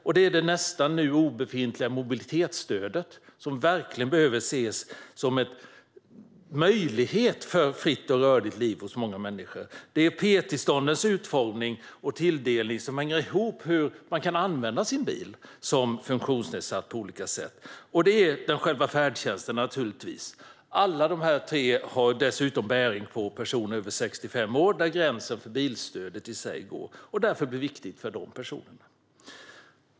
Det gäller det nu nästan obefintliga mobilitetsstödet, som verkligen behöver ses som en möjlighet för ett fritt och rörligt liv för många människor. Det gäller parkeringstillståndens utformning och tilldelning, som hänger ihop med hur man som funktionsnedsatt kan använda sin bil på olika sätt. Det gäller naturligtvis även färdtjänsten. Alla dessa tre har dessutom bäring på personer över 65 år, där gränsen för bilstödet går, och blir därför viktiga för dessa personer.